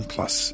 Plus